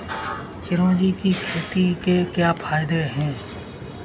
चिरौंजी की खेती के क्या फायदे हैं?